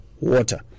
water